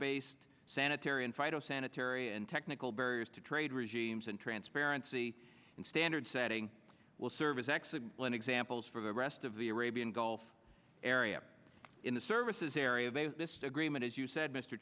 based sanitary and phytosanitary and technical barriers to trade regimes and transparency and standards setting will service accident when examples for the rest of the arabian gulf area in the services area they have this agreement as you said mr